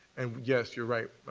and, yes, you're right,